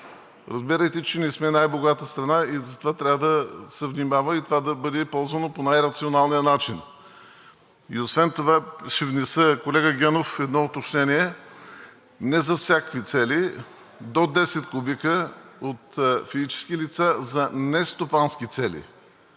Разбирайте, че не сме най-богата страна, и затова трябва да се внимава и това да бъде ползвано по най-рационалния начин. И освен това ще внеса, колега Генов, едно уточнение. Не за всякакви цели до 10 кубика от физически лица за нестопански цели.